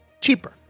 cheaper